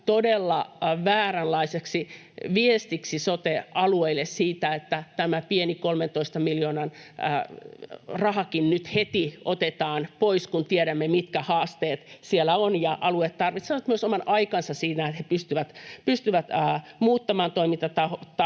todella vääränlaiseksi viestiksi sote-alueille sen, että tämä pieni 13 miljoonan rahakin nyt heti otetaan pois, kun tiedämme, mitkä haasteet siellä on. Alueet tarvitsevat myös oman aikansa siihen, että ne pystyvät muuttamaan toimintatapojaan